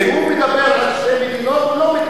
כשהוא מדבר על שתי מדינות,